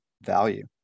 value